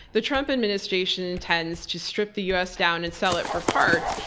the trump administration intends to strip the u. s. down and sell it for parts.